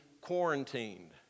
quarantined